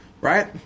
right